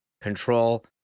control